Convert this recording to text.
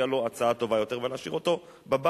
לו הצעה טובה יותר ולהשאיר אותו בבית,